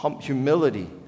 humility